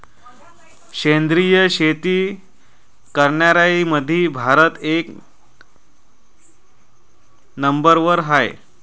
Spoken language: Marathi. सेंद्रिय शेती करनाऱ्याईमंधी भारत एक नंबरवर हाय